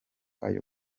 ayo